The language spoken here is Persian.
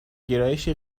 گرایش